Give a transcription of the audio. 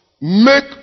make